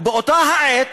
ובאותה העת,